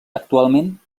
actualment